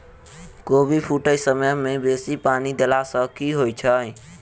कोबी फूटै समय मे बेसी पानि देला सऽ की होइ छै?